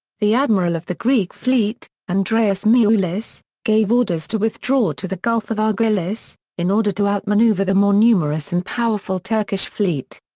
the admiral of the greek fleet, andreas miaoulis, gave orders to withdraw to the gulf of argolis, in order to outmanoeuvre the more numerous and powerful turkish fleet.